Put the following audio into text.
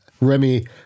remy